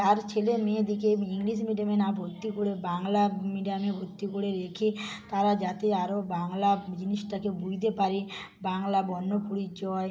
আর ছেলে মেয়েদেরকে ইংলিশ মিডিয়ামে না ভর্তি করে বাংলা মিডিয়ামে ভর্তি করে রেখে তারা যাতে আরও বাংলা জিনিসটাকে বুঝতে পারে বাংলা বর্ণপরিচয়